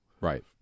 right